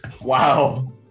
Wow